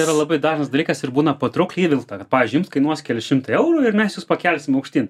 yra labai dažnas dalykas ir būna patraukliai įvilkta pavyzdžiuijums kainuos keli šimtai eurų ir mes jus pakelsim aukštyn